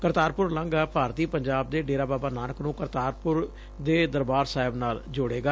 ਕਰਤਾਰਪੁਰ ਲਾਂਘਾ ਭਾਰਤੀ ਪੰਜਾਬ ਦੇ ਡੇਰਾ ਬਾਬਾ ਨਾਨਕ ਨੂੰ ਕਰਤਾਰਪੁਰ ਦੇ ਦਰਬਾਰ ਸਾਹਿਬ ਨਾਲ ਜੋੜੇਗਾ